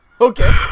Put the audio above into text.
Okay